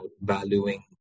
valuing